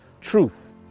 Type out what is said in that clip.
truth